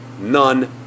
None